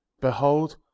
Behold